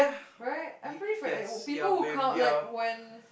right I'm pretty friend people who come up like when